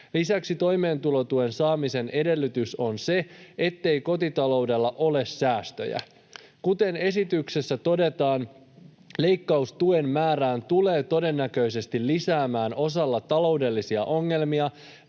Lisäksi toimeentulotuen saamisen edellytys on se, ettei kotitaloudella ole säästöjä. Kuten esityksessä todetaan, leikkaus tuen määrään tulee todennäköisesti lisäämään osalla taloudellisia ongelmia,